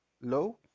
low